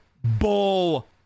Bull